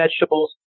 vegetables